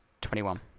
Twenty-one